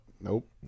nope